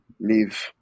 leave